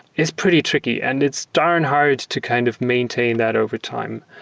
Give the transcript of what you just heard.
it's pretty tricky and it's darn hard to kind of maintain that over time.